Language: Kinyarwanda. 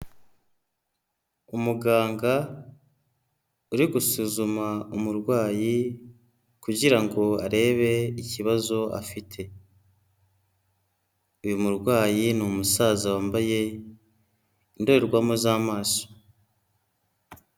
Umuganga uri gusuzuma umurwayi kugira ngo arebe ikibazo, afite uyu murwayi ni umusaza wambaye indorerwamo z'amaso.